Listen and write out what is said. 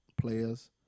players